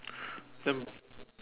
then